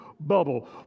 bubble